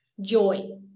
joy